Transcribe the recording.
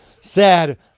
sad